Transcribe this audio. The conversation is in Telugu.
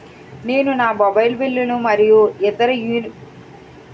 నేను నా మొబైల్ బిల్లులు మరియు ఇతర యుటిలిటీ బిల్లులను నా యు.పి.ఐ యాప్ ద్వారా కట్టవచ్చు